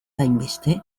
hainbeste